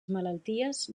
malalties